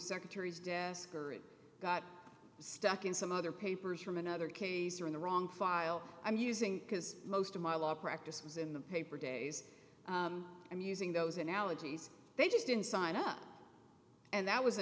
secretary's desk or it got stuck in some other papers from another case or in the wrong file i'm using because most of my law practice was in the paper days and using those analogies they just didn't sign up and that was a